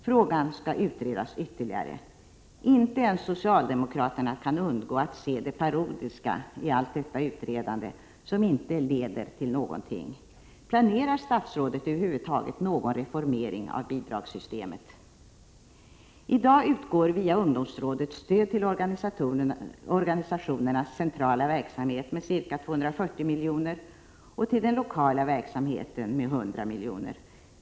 Frågan skall utredas ytterligare. Inte ens socialdemokraterna kan undgå att se det parodiska i allt detta utredande som inte leder till någonting. Planerar statsrådet över huvud taget någon reformering av bidragssystemet? I dag utgår via ungdomsrådet stöd till organisationernas centrala verksamhet med ca 240 miljoner och till den lokala verksamheten med ca 100 miljoner.